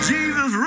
Jesus